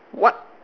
what